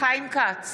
חיים כץ,